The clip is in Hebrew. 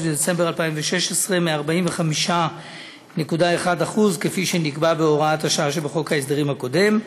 דצמבר 2016 מ-45.1% כפי שנקבע בהוראת השעה שבחוק ההסדרים הקודם,